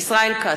ישראל כץ,